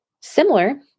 similar